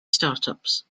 startups